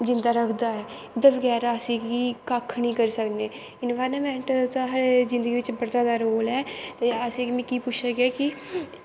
जिन्दा रखदा ऐ एह्दै बगैर असेंगी कक्ख नी करी सकने इनवाईरनमैंट दा साढ़ी जिन्दगी बिच्च बड़ा जादा रोल ऐ ते अनसेंगी मिकू पुच्छेआ गेदा कि